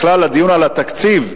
בכלל לדיון על התקציב.